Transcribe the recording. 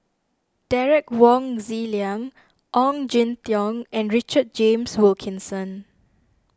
Derek Wong Zi Liang Ong Jin Teong and Richard James Wilkinson